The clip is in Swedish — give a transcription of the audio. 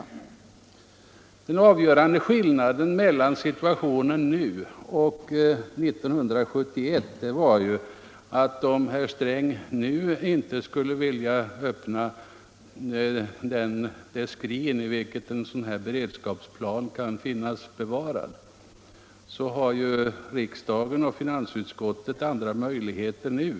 Den avgörande skillnaden mellan situationen nu och 1971 är att om herr Sträng inte skulle vilja öppna det skrin i vilket en beredskapsplan kan finnas förvarad så har riksdagen numera andra möjligheter att agera.